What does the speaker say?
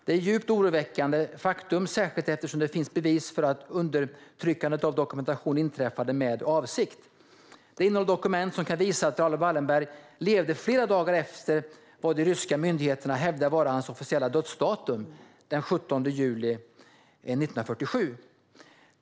Det är ett djupt oroväckande faktum, särskilt eftersom det finns bevis för att undanhållandet av dokumentation gjordes med avsikt. Detta innefattar dokument som kan visa att Raoul Wallenberg levde i flera dagar efter den dag som de ryska myndigheterna hävdar är hans officiella dödsdatum, den 17 juli 1947.